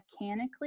mechanically